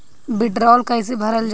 वीडरौल कैसे भरल जाइ?